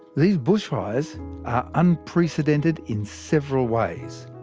these bushfires are unprecedented in several ways.